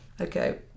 Okay